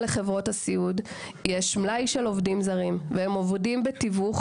לחברות הסיעוד יש מלאי של עובדים זרים והם אבודים בתיווך,